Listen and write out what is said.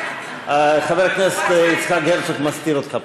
חבר הכנסת יצחק הרצוג מסתיר אותך,